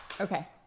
Okay